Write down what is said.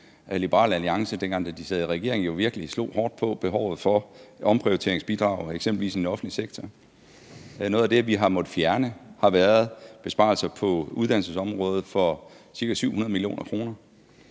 Liberal Alliance, dengang de sad i regering, jo virkelig slog hårdt på, altså behovet for omprioriteringsbidraget i eksempelvis den offentlige sektor. Noget af det, vi har måttet fjerne, har været besparelser på uddannelsesområdet for ca. 700 mio. kr.